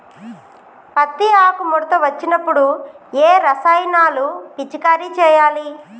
పత్తి ఆకు ముడత వచ్చినప్పుడు ఏ రసాయనాలు పిచికారీ చేయాలి?